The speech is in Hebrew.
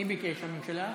מי ביקש, הממשלה?